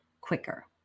quicker